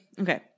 Okay